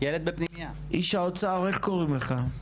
איש האוצר איך קוראים לך?